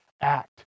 act